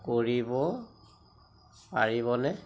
কৰিব পাৰিবনে